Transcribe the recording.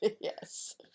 Yes